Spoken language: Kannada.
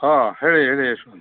ಹಾಂ ಹೇಳಿ ಹೇಳಿ ಯಶ್ವಂತ್